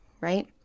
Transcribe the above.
right